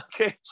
Okay